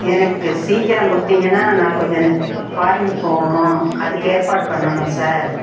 எனக்கு சீக்கிரம் கொடுத்திங்கன்னா நான் கொஞ்சம் ஃபாரிங் போகணும் அதுக்கு ஏற்பாடு பண்ணுணும் சார்